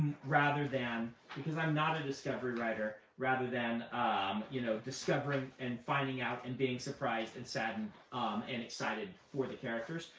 rather than, because i'm not a discovery writer, rather than um you know discovering and finding out and being surprised and saddened and excited for the characters.